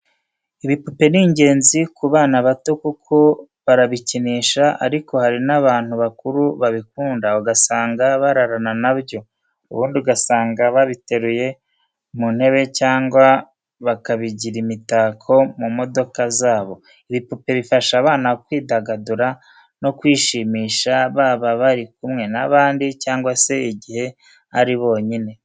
Ibipupe ni ingenzi ku bana bato kuko barabikinisha, ariko hari n'abantu bakuru babikunda ugasanga bararana na byo, ubundi ugasanga babiteruye mu ntebe cyangwa bakabigira imitako mu modoka zabo. Ibipupe bifasha abana kwidagadura no kwishimisha baba bari kumwe n'abandi cyangwa se igihe ari bonyine.